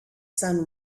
sun